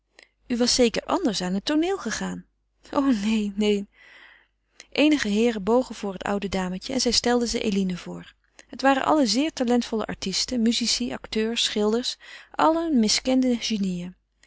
u was zeker anders aan het tooneel gegaan o neen neen eenige heeren bogen voor het oude dametje en zij stelde ze eline voor het waren allen zeer talentvolle artisten musici acteurs schilders allen miskende